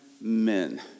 men